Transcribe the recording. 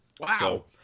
Wow